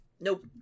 Nope